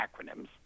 acronyms